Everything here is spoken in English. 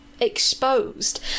exposed